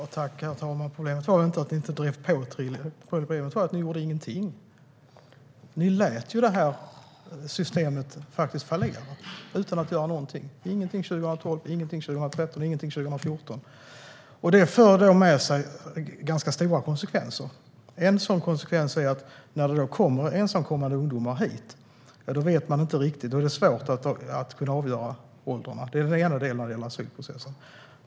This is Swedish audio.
Herr talman! Problemet var inte att ni inte drev på, utan problemet var att ni inte gjorde någonting. Ni lät systemet fallera utan att göra någonting. Det var ingenting 2012, 2013 eller 2014. Detta har fört med sig stora konsekvenser. En sådan konsekvens är att när det kommer ensamkommande ungdomar hit är det svårt att avgöra deras ålder.